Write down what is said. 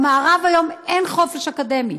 במערב היום אין חופש אקדמי.